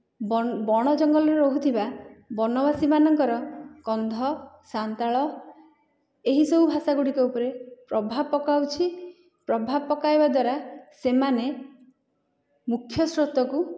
ବଣ ଜଙ୍ଗଲରେ ରହୁଥିବା ବନବାସୀମାନଙ୍କର କନ୍ଧ ସାନ୍ତାଳ ଏହିସବୁ ଭାଷାଗୁଡ଼ିକ ଉପରେ ପ୍ରଭାବ ପକାଉଛି ପ୍ରଭାବ ପକାଇବା ଦ୍ୱାରା ସେମାନେ ମୁଖ୍ୟ ଶ୍ରୋତକୁ